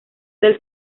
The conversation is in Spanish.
del